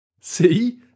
See